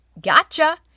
gotcha